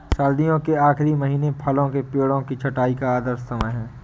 सर्दियों के आखिरी महीने फलों के पेड़ों की छंटाई का आदर्श समय है